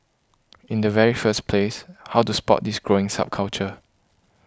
in the very first place how to spot this growing subculture